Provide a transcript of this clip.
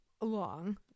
long